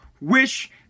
wish